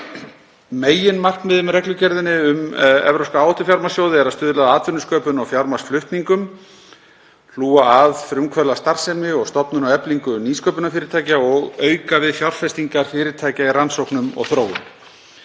Meginmarkmiðið með reglugerðinni um evrópska áhættufjármagnssjóði er að stuðla að atvinnusköpun og fjármagnsflutningum, hlúa að frumkvöðlastarfsemi og stofnun og eflingu nýsköpunarfyrirtækja og auka við fjárfestingar fyrirtækja í rannsóknum og þróun.